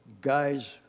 guys